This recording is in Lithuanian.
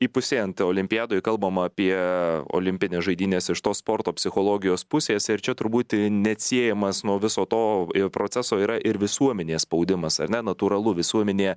įpusėjant olimpiadai kalbam apie olimpines žaidynes iš tos sporto psichologijos pusės ir čia turbūt neatsiejamas nuo viso to proceso yra ir visuomenės spaudimas ar ne natūralu visuomenė